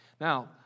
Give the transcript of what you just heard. Now